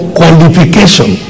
qualification